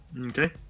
Okay